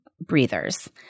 breathers